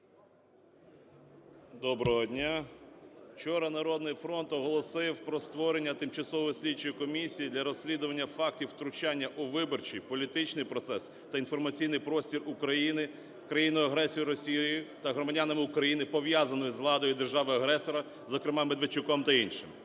Доброго дня! Вчора "Народний фронт" оголосив про створення Тимчасової слідчої комісії для розслідування фактів втручання у виборчий політичний процес та інформаційний простір України країною-агресором Росією та громадянами України, пов'язаних з владою держави-агресора, зокрема Медведчуком та іншими.